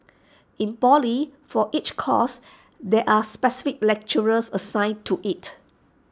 in poly for each course there are specific lecturers assigned to IT